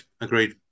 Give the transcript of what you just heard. agreed